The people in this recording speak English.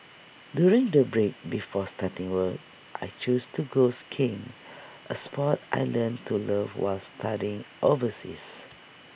during the break before starting work I chose to go skiing A Sport I learnt to love while studying overseas